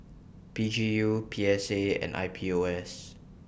P G U P S A and I P O S